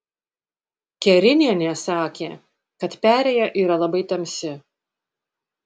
kerinienė sakė kad perėja yra labai tamsi